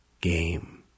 game